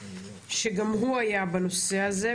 שגם הוא היה בנושא הזה,